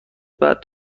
بعد